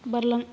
बारलां